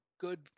good